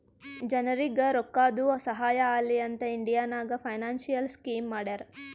ಜನರಿಗ್ ರೋಕ್ಕಾದು ಸಹಾಯ ಆಲಿ ಅಂತ್ ಇಂಡಿಯಾ ನಾಗ್ ಫೈನಾನ್ಸಿಯಲ್ ಸ್ಕೀಮ್ ಮಾಡ್ಯಾರ